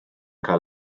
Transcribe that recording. cael